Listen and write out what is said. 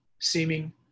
seeming